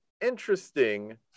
interesting